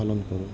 পালন কৰে